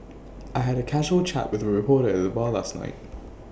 I had A casual chat with A reporter at the bar last night